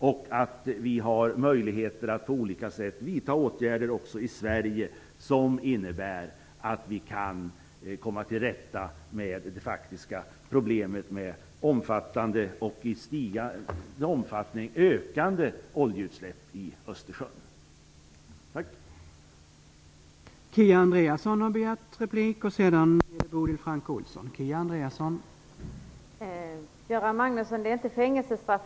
Vi har möjligheter också i Sverige att på olika sätt vidta åtgärder som innebär att vi kan komma till rätta med det faktiska problemet med omfattande och ökande oljeutsläpp i Östersjön. Tack!